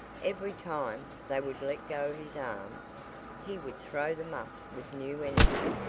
every time they would let go his arms he would throw them up with new energy,